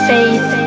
Faith